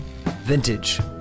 vintage